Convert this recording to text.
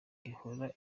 ihora